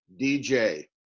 DJ